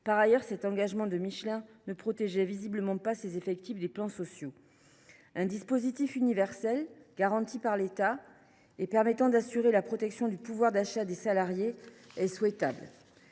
Par ailleurs, cet engagement de Michelin ne protégeait visiblement pas ses effectifs des plans sociaux… Un dispositif universel, garanti par l’État et permettant d’assurer la protection du pouvoir d’achat des salariés, est souhaitable.